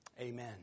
Amen